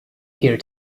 here